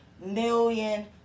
million